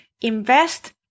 invest